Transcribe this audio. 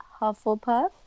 Hufflepuff